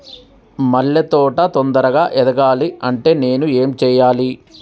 మల్లె తోట తొందరగా ఎదగాలి అంటే నేను ఏం చేయాలి?